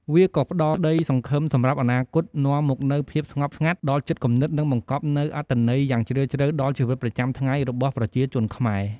វាក៏ផ្តល់ក្តីសង្ឃឹមសម្រាប់អនាគត នាំមកនូវ ភាពស្ងប់ស្ងាត់ ដល់ចិត្តគំនិត និងបង្កប់នូវ អត្ថន័យ យ៉ាងជ្រាលជ្រៅដល់ជីវិតប្រចាំថ្ងៃរបស់ប្រជាជនខ្មែរ។